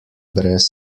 brez